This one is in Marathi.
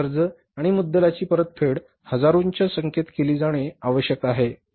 सर्व कर्ज आणि मुद्दलाची परतफेड हजारोंच्या संख्येत केली जाणे आवश्यक आहे